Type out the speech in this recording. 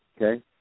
Okay